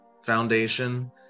foundation